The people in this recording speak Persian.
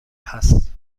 هست